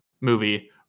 movie